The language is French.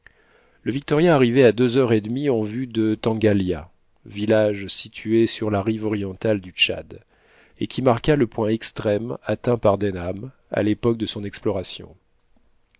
le victoria arrivait à deux heures et demie en vue de tangalia village situé sur la rive orientale du tchad et qui marqua le point extrême atteint par denham à l'époque de son exploration